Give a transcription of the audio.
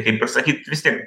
kaip ir sakyt vis tiek